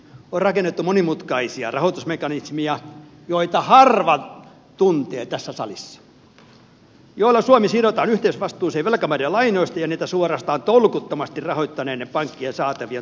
on rakennettu monimutkaisia rahoitusmekanismeja joita harvat tuntevat tässä salissa joilla suomi sidotaan yhteisvastuuseen velkamaiden lainoista ja niitä suorastaan tolkuttomasti rahoittaneiden pankkien saatavien turvaamisesta